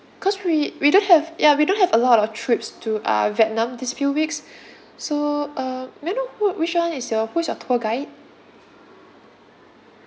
because we we don't have ya we don't have a lot of trips to uh vietnam this few weeks so uh may I know who which one is your who is your tour guide